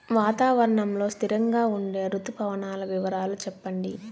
వాతావరణం లో స్థిరంగా ఉండే రుతు పవనాల వివరాలు చెప్పండి?